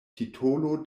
titolo